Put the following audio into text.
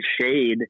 shade